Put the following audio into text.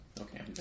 Okay